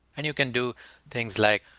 and you can do things like,